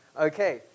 Okay